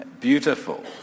beautiful